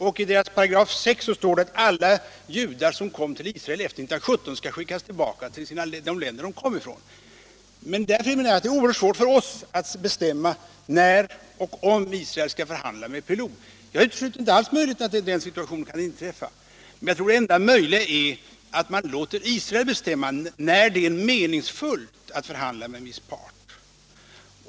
Och i 6 i sina stadgar säger de att alla judar som kom till Israel efter 1917 skall skickas tillbaka till de länder de kommit ifrån. Därför menar jag att det är oerhört svårt för oss att bestämma om och när Israel skall förhandla med PLO. Jag utesluter inte alls möjligheten att den situationen kan inträffa, men jag tror att den enda möjligheten är att låta Israel bestämma när det är meningsfullt att förhandla med en viss part.